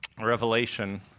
Revelation